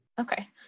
Okay